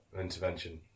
intervention